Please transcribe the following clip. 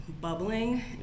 Bubbling